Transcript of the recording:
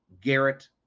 Garrett